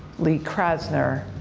lee krasner,